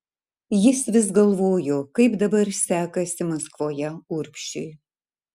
jis vis galvojo kaip dabar sekasi maskvoje urbšiui